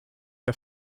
der